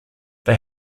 they